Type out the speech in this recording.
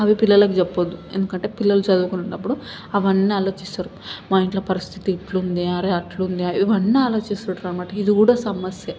అవి పిల్లలకు చెప్పొద్దు ఎందుకంటే పిల్లలు చదువుకునేటప్పుడు అవన్నీ ఆలోచిస్తారు మా ఇంట్లో పరిస్థితి ఇట్లుంది అరే అట్లుంది అట్లుంది ఇవన్నీ ఆలోచిస్తుంటరు అన్నమాట ఇది కూడా సమస్యే